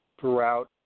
throughout